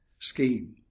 scheme